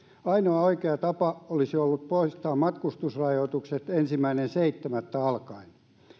ainoa oikea tapa olisi ollut poistaa matkustusrajoitukset ensimmäinen seitsemättä alkaen